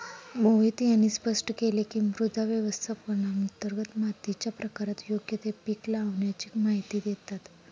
मोहित यांनी स्पष्ट केले की, मृदा व्यवस्थापनांतर्गत मातीच्या प्रकारात योग्य ते पीक लावाण्याची माहिती देतात